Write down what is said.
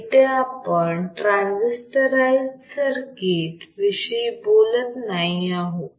इथे आपण transistorised circuit विषयी बोलत नाही आहोत